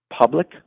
public